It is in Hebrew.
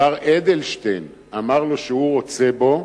השר אדלשטיין אמר לו שהוא רוצה בו,